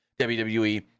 WWE